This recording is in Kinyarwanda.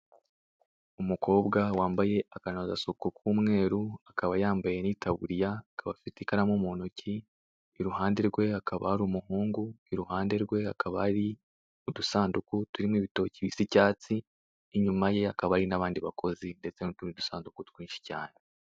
Umukobwa wambaye akanozasuku k'umweru, akaba yambaye n'itaburiya, akaba afite ikaramu mu ntoki, iruhande rwe hakaba hari umuhungu, iruhande rwe habaka hari udusanduku turimo ibitoki bisa icyatsi, inyuma ye hakaba hari n'abandi bakozi, ndetse n'utundi dusanduku twinshi cyane.